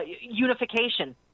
unification